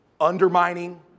undermining